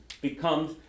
becomes